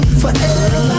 forever